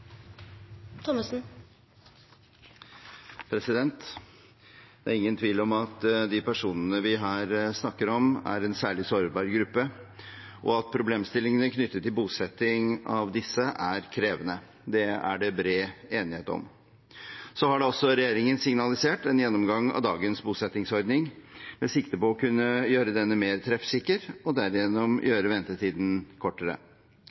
ingen tvil om at de personene vi her snakker om, er en særlig sårbar gruppe, og at problemstillingene knyttet til bosetting av disse er krevende. Det er det bred enighet om. Så har da også regjeringen signalisert en gjennomgang av dagens bosettingsordning med sikte på å kunne gjøre denne mer treffsikker og derigjennom gjøre ventetiden kortere.